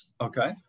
Okay